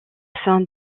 sein